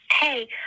Hey